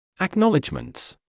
Acknowledgements